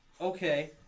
Okay